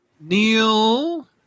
Neil